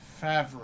Favre